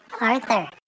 Arthur